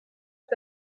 est